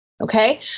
okay